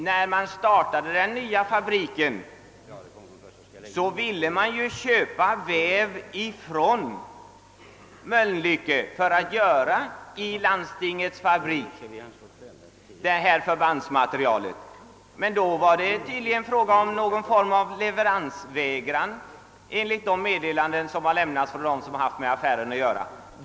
När man startade den nya fabriken ville man ju köpa väv från Mölnlycke för tillverkning av nämnda förbandsmaterial i landstingens fabriker, men då förekom det tydligen någon form av leveransvägran — enligt de meddelanden som lämnats av dem som haft med affären att göra.